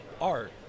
art